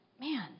Man